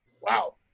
Wow